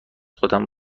خودم